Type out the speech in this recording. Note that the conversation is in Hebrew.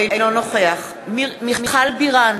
אינו נוכח מיכל בירן,